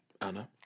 Anna